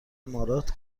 امارات